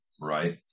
right